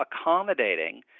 accommodating